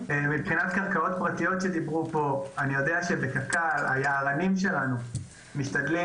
לעניין קרקעות פרטיות שהוזכרו אני יודע שהיערנים של קק"ל משתדלים